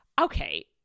Okay